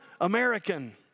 American